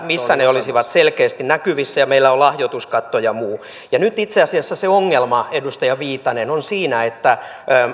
missä ne olisivat selkeästi näkyvissä voisi olla toimiva ja meillä on lahjoituskatto ja muut nyt itse asiassa se ongelma edustaja viitanen on siinä että